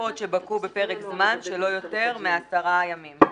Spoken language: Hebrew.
עופות שבקעו בפרק זמן של לא יותר מעשרה ימים".